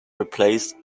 replaced